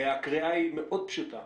היא מאוד פשוטה.